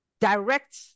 direct